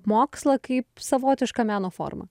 mokslą kaip savotišką meno formą